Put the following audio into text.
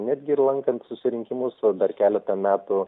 netgi ir lankant susirinkimus va dar keletą metų